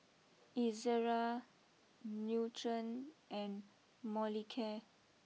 Ezerra Nutren and Molicare